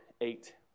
eight